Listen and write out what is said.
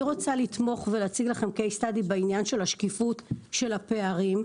אני רוצה לתמוך ולהציג לכם "case study" בעניין של השקיפות של הפערים.